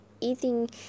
eating